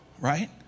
right